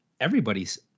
everybody's